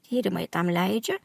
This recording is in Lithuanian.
tyrimai tam leidžia